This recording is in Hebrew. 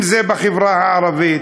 אם זה בחברה הערבית: